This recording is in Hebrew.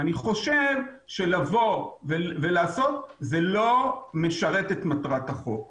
אני חושב שלבוא ולעשות זה לא משרת את מטרת החוק.